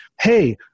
Hey